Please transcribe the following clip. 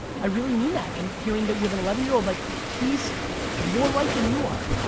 i really mean that. and hearing that you have an eleven year old. like he's more right than you are.